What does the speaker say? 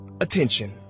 attention